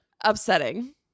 upsetting